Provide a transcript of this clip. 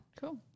Cool